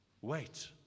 Wait